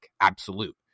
Absolute